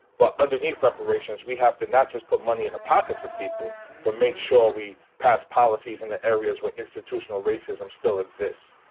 but underneath reparations, we have to not just put money in the pockets of people. but make sure we pass policies in the areas where institutional racism still exists.